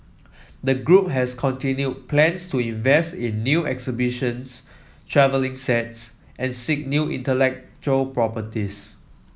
the group has continued plans to invest in new exhibitions travelling sets and seek new intellectual properties